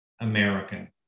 American